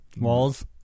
walls